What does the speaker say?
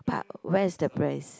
but where is the place